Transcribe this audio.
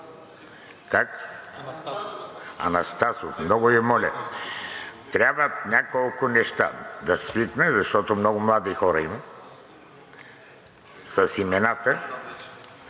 Анастасов! Много Ви моля! Трябват няколко неща: да свикна, защото много млади хора има – с имената,